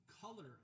color